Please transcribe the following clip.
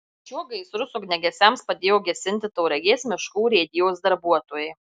šiuo gaisrus ugniagesiams padėjo gesinti tauragės miškų urėdijos darbuotojai